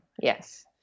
yes